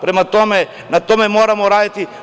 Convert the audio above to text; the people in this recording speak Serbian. Prema tome, na tome moramo raditi.